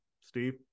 Steve